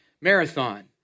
Marathon